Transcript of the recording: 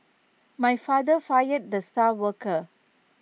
my father fired the star worker